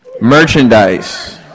Merchandise